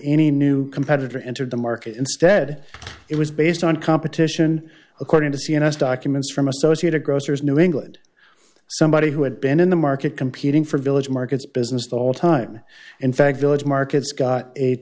any new competitor entered the market instead it was based on competition we're going to see a nice documents from associated grocers new england somebody who had been in the market competing for village markets business the whole time in fact village markets got a